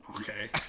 Okay